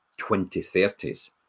2030s